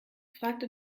fragte